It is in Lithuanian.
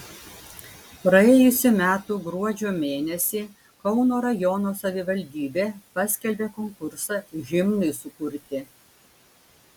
praėjusių metų gruodžio mėnesį kauno rajono savivaldybė paskelbė konkursą himnui sukurti